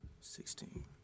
Sixteen